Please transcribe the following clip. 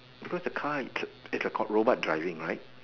because the car it's a it's a car robot driving right